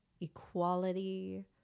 equality